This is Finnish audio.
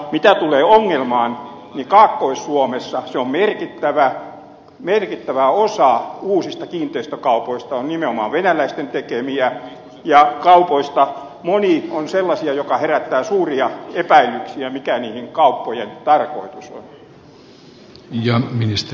mitä tulee ongelmaan niin kaakkois suomessa merkittävä osa uusista kiinteistökaupoista on nimenomaan venäläisten tekemiä ja kaupoista monet ovat sellaisia jotka herättävät suuria epäilyksiä mikä niiden kauppojen tarkoitus on